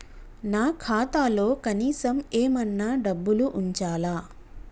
నా ఖాతాలో కనీసం ఏమన్నా డబ్బులు ఉంచాలా?